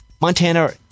Montana